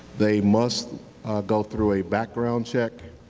they must go through a background check.